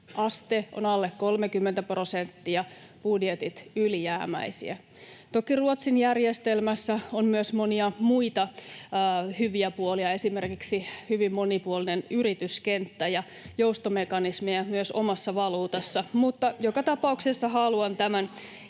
on alle 30 prosenttia, budjetit ylijäämäisiä. Toki Ruotsin järjestelmässä on myös monia muita hyviä puolia, esimerkiksi hyvin monipuolinen yrityskenttä ja joustomekanismeja myös omassa valuutassa, mutta joka tapauksessa haluan tämän